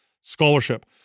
scholarship